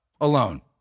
alone